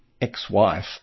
ex-wife